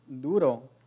duro